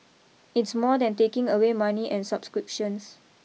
it's more than taking away money and subscriptions